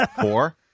four